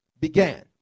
began